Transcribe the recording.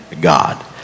God